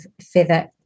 feather